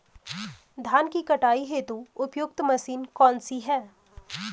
धान की कटाई हेतु उपयुक्त मशीन कौनसी है?